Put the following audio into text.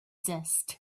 zest